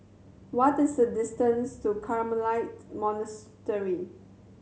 what is the distance to Carmelite Monastery